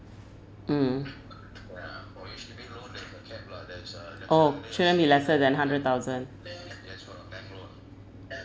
mm oh shouldn't be lesser than hundred thousand